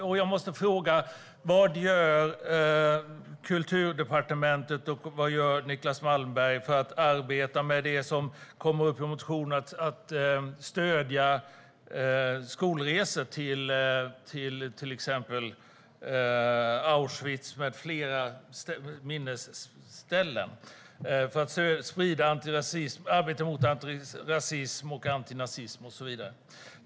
Och jag måste fråga: Vad gör Kulturdepartementet och vad gör Niclas Malmberg för att arbeta med det som tas upp i motionen om att stödja skolresor till exempelvis Auschwitz med flera minnesplatser för att arbeta för antirasism, antinazism och så vidare?